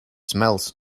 smells